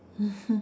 mmhmm